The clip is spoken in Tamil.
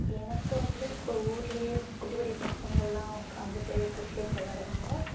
எனக்கு வந்து இப்போது ஊர்லேயே குட்டி குட்டி பசங்கலாம் உட்காந்துட்டு கிரிக்கெட் விளயாடுவாங்க